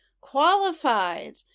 qualified